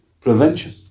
prevention